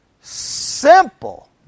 simple